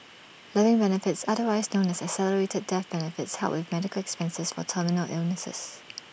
living benefits otherwise known as accelerated death benefits help with medical expenses for terminal illnesses